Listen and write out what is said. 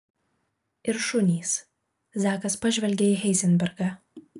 ir šunys zakas pažvelgė į heizenbergą